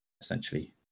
essentially